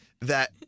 that-